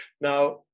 now